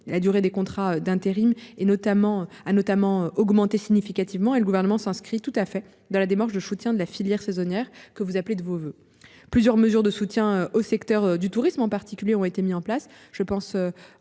la durée des contrats d'intérim et notamment à notamment augmenter significativement. Et le gouvernement s'inscrit tout à fait dans la démarche de soutien de la filière saisonnière, que vous appelez de vos voeux plusieurs mesures de soutien au secteur du tourisme en particulier ont été mis en place.